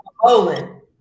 bowling